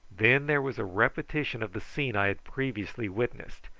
then there was a repetition of the scene i had previously witnessed,